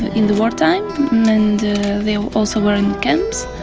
in the wartime and they also were in the camps.